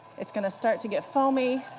it's going to start to get foamy.